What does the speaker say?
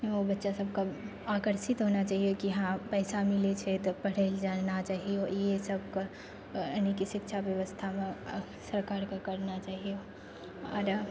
ओ बच्चा सबके आकर्षित होना चाही की हँ पैसा मिलै छै तऽ पढ़ै लए जाना चाही ईसब के यानी की शिक्षा व्यवस्थामे सरकारके करना चाही आओर